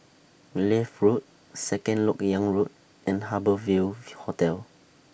Leith Road Second Lok Yang Road and Harbour Ville Hotel